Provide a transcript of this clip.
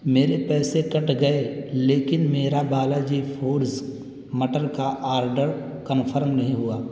میرے پیسے کٹ گئے لیکن میرا بالاجی فوڈز مٹر کا آرڈر کنفرم نہیں ہوا